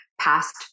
past